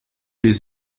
les